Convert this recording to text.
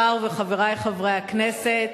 השר וחברי חברי הכנסת,